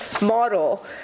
model